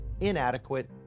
inadequate